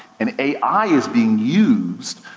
and ai is being used,